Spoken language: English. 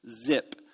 zip